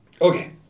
Okay